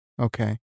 Okay